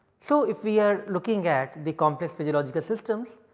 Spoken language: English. so, if we are looking at the complex physiological systems,